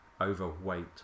overweight